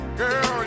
girl